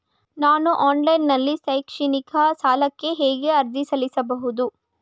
ನಾನು ಆನ್ಲೈನ್ ನಲ್ಲಿ ಶೈಕ್ಷಣಿಕ ಸಾಲಕ್ಕೆ ಹೇಗೆ ಅರ್ಜಿ ಸಲ್ಲಿಸಬಹುದು?